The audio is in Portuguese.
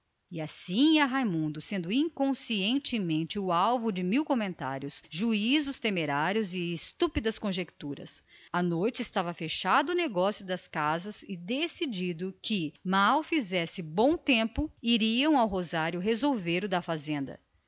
e assim ia raimundo sendo inconscientemente objeto de mil comentários diversos e estúpidas conjeturas à noite estava fechado o negócio das casas e decidido que mal fizesse bom tempo iria ele ao rosário com o manuel resolver o da fazenda